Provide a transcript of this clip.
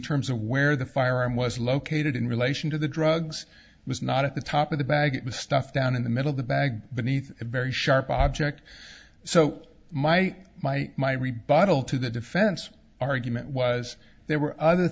terms of where the firearm was located in relation to the drugs it was not at the top of the bag it was stuffed down in the middle the bag beneath a very sharp object so my my my rebuttal to the defense argument was there were other